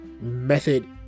method